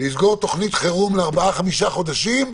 לסגור תוכנית חירום ל 5-4 חודשים,